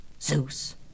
Zeus